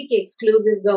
exclusive